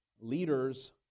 Leaders